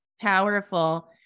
powerful